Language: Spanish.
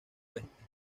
oeste